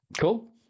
Cool